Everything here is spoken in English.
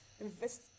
invest